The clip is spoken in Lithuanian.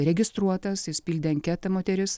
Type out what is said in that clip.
registruotas jis pildė anketą moteris